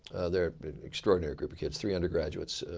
they're an extraordinary group of kids, three undergraduates,